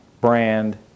brand